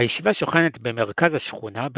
הישיבה שוכנת במרכז השכונה,